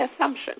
assumption